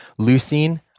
leucine